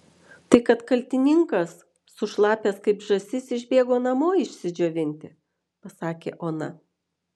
tai kad kaltininkas sušlapęs kaip žąsis išbėgo namo išsidžiovinti pasakė ona